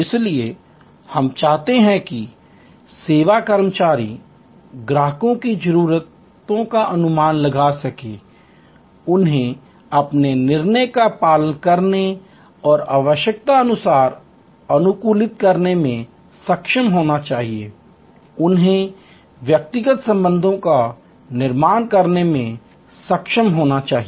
इसलिए हम चाहते हैं कि सेवा कर्मचारी ग्राहकों की जरूरतों का अनुमान लगा सकें उन्हें अपने निर्णय का पालन करने और आवश्यकतानुसार अनुकूलित करने में सक्षम होना चाहिए उन्हें व्यक्तिगत संबंधों का निर्माण करने में सक्षम होना चाहिए